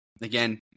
again